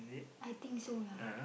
I think so lah